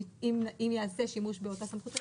אם ייעשה שימוש באותה סמכות,